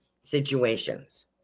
situations